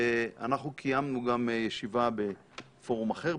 ואנחנו קיימנו גם ישיבה בפורום אחר,